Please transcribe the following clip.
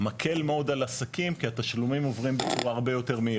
מקל מאוד על עסקים כי התשלומים עוברים בצורה הרבה יותר מהירה.